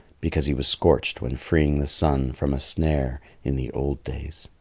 because he was scorched when freeing the sun from a snare in the old days.